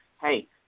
hey